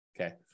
Okay